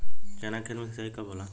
चना के खेत मे सिंचाई कब होला?